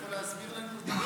אתה יכול להסביר לנו?